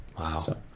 Wow